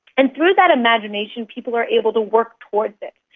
and through that imagination people are able to work towards it.